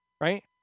right